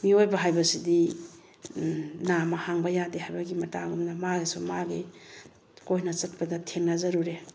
ꯃꯤꯑꯣꯏꯕ ꯍꯥꯏꯕꯁꯤꯗꯤ ꯅꯥꯝꯃ ꯍꯥꯡꯕ ꯌꯥꯗꯦ ꯍꯥꯏꯕꯒꯤ ꯃꯇꯥꯒꯨꯝꯅ ꯃꯥꯒꯤꯁꯨ ꯃꯥꯒꯤ ꯀꯣꯏꯅ ꯆꯠꯄꯗ ꯊꯦꯡꯅꯖꯔꯨꯔꯦ